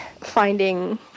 finding